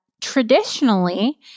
traditionally